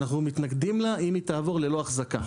אנחנו מתנגדים לה אם היא תעבור ללא החזקה,